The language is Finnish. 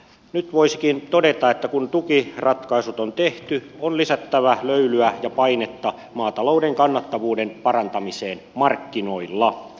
nyt voisikin todeta että kun tukiratkaisut on tehty on lisättävä löylyä ja painetta maatalouden kannattavuuden parantamiseen markkinoilla